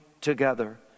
together